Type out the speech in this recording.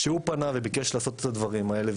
שהוא פנה וביקש לעשות את הדברים האלה,